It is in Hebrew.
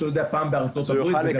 ניסו את זה פעם בארצות הברית וגם שם בוטל.